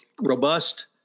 robust